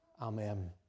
Amen